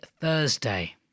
Thursday